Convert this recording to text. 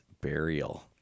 burial